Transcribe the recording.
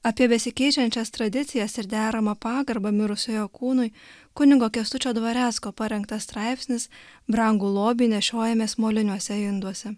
apie besikeičiančias tradicijas ir deramą pagarbą mirusiojo kūnui kunigo kęstučio dvarecko parengtas straipsnis brangų lobį nešiojamės moliniuose induose